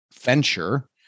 venture